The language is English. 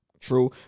True